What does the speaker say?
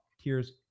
tears